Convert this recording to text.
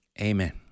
Amen